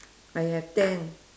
I have ten